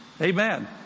Amen